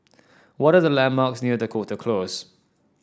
what are the landmarks near the Dakota Close